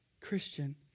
Christian